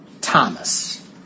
Thomas